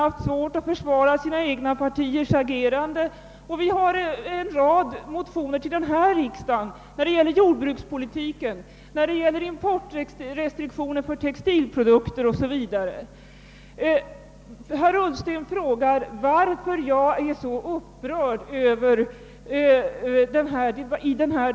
En rad motioner, som bevisar riktigheten av vad jag sagt, har också väckts under denna riksdag — de gäller jordbrukspolitiken, importrestriktioner för textilprodukter o.s.v. Herr Ullsten frågar varför jag är så upprörd i denna debatt.